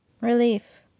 Relief